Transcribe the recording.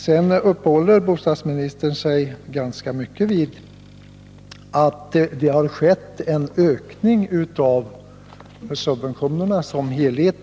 Sedan uppehåller bostadsministern sig ganska mycket vid att det har skett en ökning av subventionerna som helhet.